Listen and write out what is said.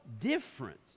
different